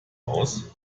aus